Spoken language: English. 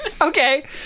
Okay